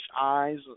eyes